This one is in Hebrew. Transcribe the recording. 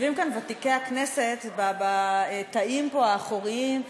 יושבים כאן ותיקי הכנסת בתאים האחוריים,